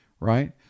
Right